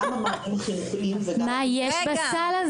גם המענים החינוכיים וגם --- מה יש בסל?